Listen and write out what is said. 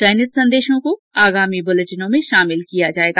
चयनित संदेशों को आगामी बुलेटिनों में शामिल किया जाएगा